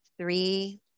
Three